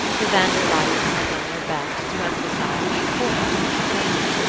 the van der luydens had done their best to emphasise the importance of the occasion.